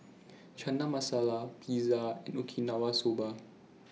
Chana Masala Pizza and Okinawa Soba